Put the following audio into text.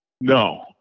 No